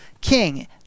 king